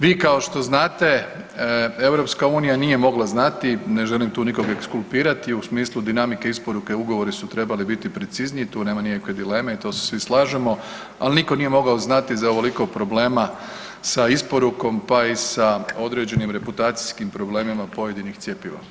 Vi kao što znate EU nije mogla znati, ne želim tu nikoga ekskulpirati u smislu dinamike isporuke ugovori su trebali biti precizniji tu nema nikakve dileme i to se svi slažemo, ali nitko nije mogao znati za ovoliko problema sa isporukom pa i sa određenim reputacijskim problemima pojedinih cjepiva.